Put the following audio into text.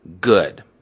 good